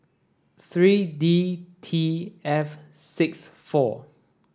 three D T F six four